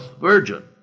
virgin